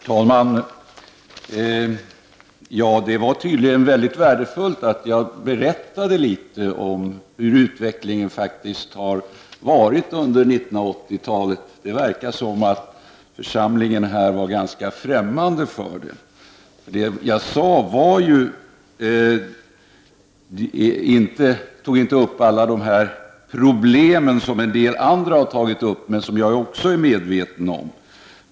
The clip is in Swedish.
Herr talman! Det var tydligen värdefullt att jag berättade litet om hur utvecklingen har varit under 1980-talet. Det verkar som om församlingen här har varit främmande för detta. Jag tog inte upp alla de problem som en del andra har tagit upp och som också jag är medveten om.